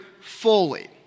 fully